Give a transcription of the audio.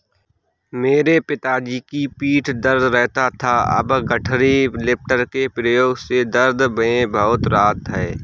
मेरे पिताजी की पीठ दर्द रहता था अब गठरी लिफ्टर के प्रयोग से दर्द में बहुत राहत हैं